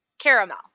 Caramel